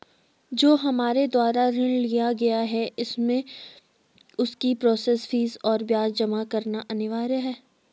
जो हमारे द्वारा ऋण लिया गया है उसमें उसकी प्रोसेस फीस और ब्याज जमा करना अनिवार्य है?